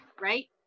Right